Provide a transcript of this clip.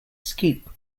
scoop